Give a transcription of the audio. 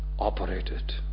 Operated